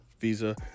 Visa